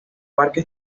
parque